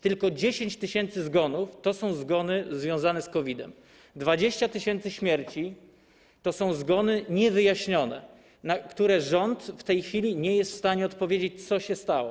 Tylko 10 tys. zgonów to są zgony związane z COVID-em, 20 tys. przypadków śmierci to są zgony niewyjaśnione, co do których rząd w tej chwili nie jest w stanie odpowiedzieć, co się stało.